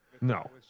No